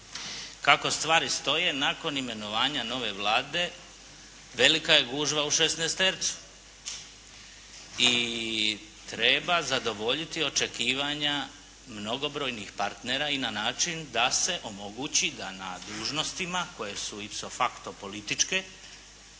Kako stvari stoje nakon imenovanja nove Vlade velika je gužva u šesnaestercu. I treba zadovoljiti očekivanja mnogobrojnih partnera i na način da se omogući da na dužnostima koje su …/Govornik